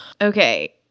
Okay